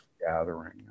gathering